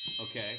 Okay